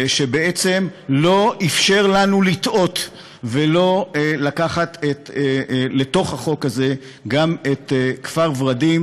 הוא לא אפשר לנו לטעות ולא לקחת לתוך החוק הזה גם את כפר ורדים,